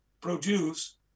produce